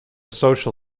social